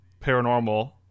paranormal